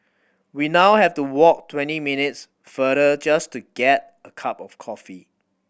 we now have to walk twenty minutes farther just to get a cup of coffee